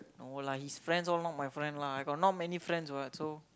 no lah his friends all not my friends lah I got not many friends what so